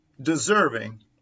deserving